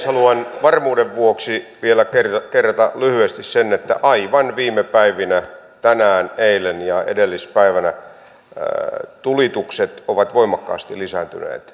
haluan varmuuden vuoksi vielä kerrata lyhyesti sen että aivan viime päivinä tänään eilen ja edellispäivänä tulitukset ovat voimakkaasti lisääntyneet itä ukrainassa